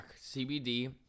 CBD